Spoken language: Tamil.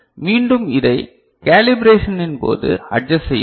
மீண்டும் இதை கேலிபரஷனின் போது அட்ஜஸ்ட் செய்யலாம்